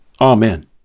Amen